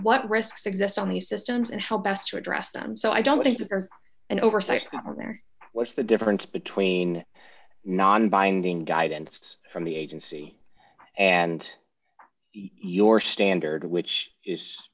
what risks exist on the systems and help best to address them so i don't think there's an oversight or there what's the difference between non binding guidance from the agency and your standard which is